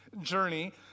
journey